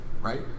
right